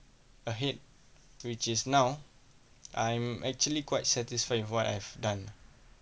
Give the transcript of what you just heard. ahead which is now I'm actually quite satisfied with what I've done